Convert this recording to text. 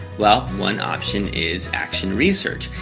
well, one option is action research.